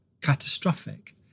catastrophic